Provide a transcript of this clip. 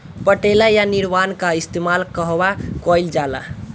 पटेला या निरावन का इस्तेमाल कहवा कइल जाला?